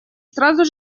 сразу